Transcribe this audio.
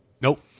nope